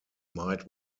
might